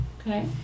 Okay